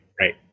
Right